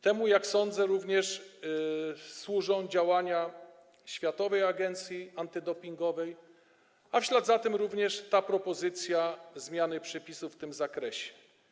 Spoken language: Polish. Temu, jak sądzę, służą również działania Światowej Agencji Antydopingowej, a w ślad za tym również ta propozycja zmiany przepisów w tym zakresie.